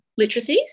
literacies